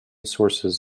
sources